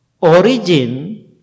origin